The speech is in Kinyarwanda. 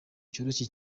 cyoroshye